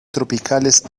tropicales